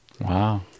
Wow